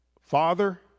father